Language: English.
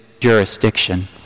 jurisdiction